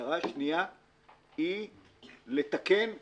המטרה השנייה היא לתקן עוול.